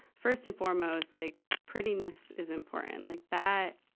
first and foremost, like prettiness is important. like that,